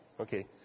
Okay